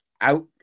out